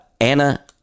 Anna